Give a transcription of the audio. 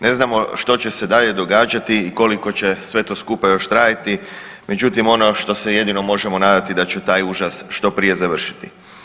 Ne znamo što će se dalje događati i koliko će sve to skupa još trajati, međutim ono što se jedino možemo nadati da će taj užas što prije završiti.